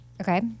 Okay